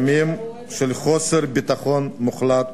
ימים של חוסר ביטחון מוחלט,